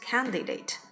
Candidate